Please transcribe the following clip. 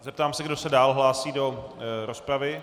Zeptám se, kdo se dál hlásí do rozpravy.